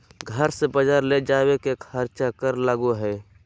घर से बजार ले जावे के खर्चा कर लगो है?